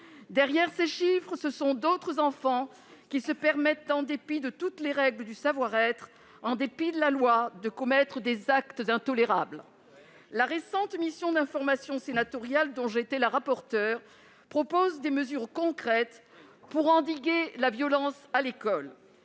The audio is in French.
Derrière ces chiffres, ce sont d'autres enfants qui se permettent, en dépit de toutes les règles du savoir-être, en dépit de la loi, de commettre des actes intolérables. La récente mission d'information sénatoriale, dont j'étais la rapporteure, propose des mesures concrètes pour endiguer la violence à l'école.